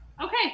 Okay